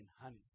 honey